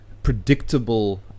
predictable